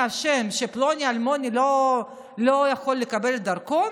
מי אשם שפלוני אלמוני לא יכול לקבל דרכון?